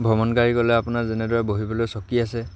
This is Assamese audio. ভ্ৰমণকাৰী গ'লে আপোনাৰ যেনেদৰে বহিবলৈ চকী আছে